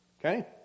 Okay